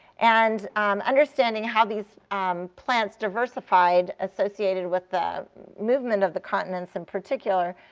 and understanding how these um plants diversified, associated with the movement of the continents in particular,